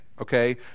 okay